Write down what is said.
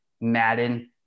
Madden